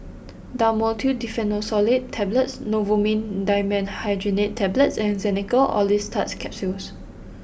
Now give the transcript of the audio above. Dhamotil Diphenoxylate Tablets Novomin Dimenhydrinate Tablets and Xenical Orlistat Capsules